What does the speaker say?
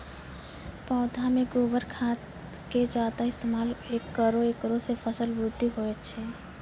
पौधा मे गोबर खाद के ज्यादा इस्तेमाल करौ ऐकरा से फसल बृद्धि होय छै?